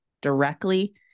directly